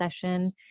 session